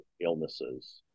illnesses